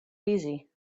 easy